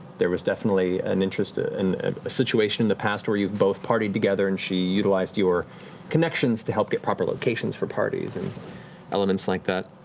there was definitely an interest a and situation in the past where you've both partied together, and she utilized your connections to help get proper locations for parties and elements like that.